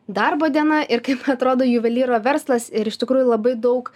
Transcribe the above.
darbo diena ir kaip atrodo juvelyro verslas ir iš tikrųjų labai daug